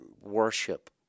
worship